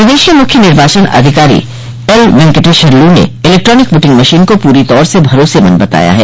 प्रदेश के मुख्य निर्वाचन अधिकारी एल वेकटेश्वर लू ने इलेक्ट्रानिक वोटिंग मशीन को पूरी तौर से भरोसेमंद बताया है